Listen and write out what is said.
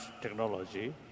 technology